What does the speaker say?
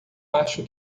acho